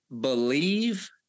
believe